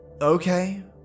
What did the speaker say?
Okay